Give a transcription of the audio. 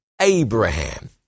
Abraham